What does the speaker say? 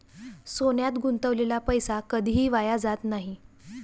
सोन्यात गुंतवलेला पैसा कधीही वाया जात नाही